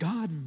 God